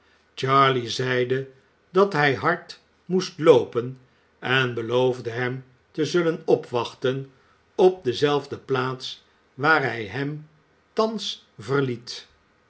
charley zeide dat hij hard moest loopen en beloofde hem te zullen opwachten op dezelfde plaats waar hij hem thans verliet